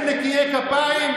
אתם נקיי כפיים?